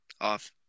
off